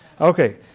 Okay